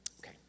Okay